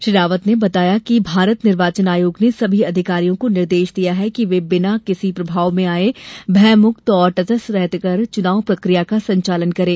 श्री रावत ने बताया कि आयोग ने सभी अधिकारियों को निर्देश दिया है कि वे बिना किसी प्रभाव में आये भयमुक्त और तटस्थ रहकर चुनाव प्रकिया का संचालन करें